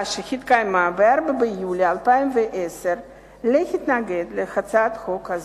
שהתקיימה ב-4 ביולי 2010 להתנגד להצעת החוק הזאת.